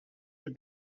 had